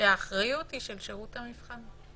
שהאחריות היא של שירות המבחן.